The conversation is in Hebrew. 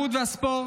והספורט,